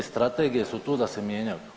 Strategije su tu da se mijenjaju.